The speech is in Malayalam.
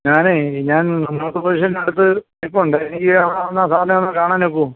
ഞാൻ ഞാൻ നോർത്ത് പൊലീസ് സ്റ്റേഷൻ്റട്ത്ത് നിൽപ്പുണ്ട് എനിക്ക് അവിടെ വന്നാൽ സാർനേയൊന്ന് കാണാനൊക്കുമോ